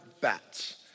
Bats